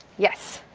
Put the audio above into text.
yes.